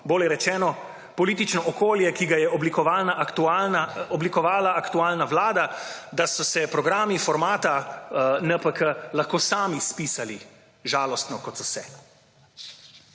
Bolje rečeno, politično okolje, ki ga je oblikovala aktualna vlada, da so se programi formata NPK lahko sami izpisali žalostno kot so se.